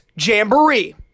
Jamboree